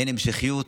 אין המשכיות.